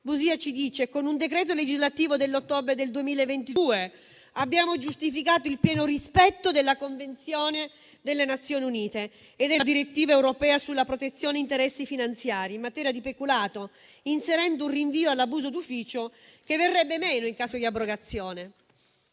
Busia ci dice: «Con un decreto legislativo dell'ottobre 2022, abbiamo giustificato il pieno rispetto della Convenzione delle Nazioni Unite e della direttiva europea sulla protezione interessi finanziari, in materia di peculato, inserendo un rinvio all'abuso d'ufficio, che verrebbe meno nel caso di abrogazione».